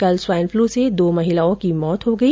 कल swine flu से दो महिलाओं की मौत हो गई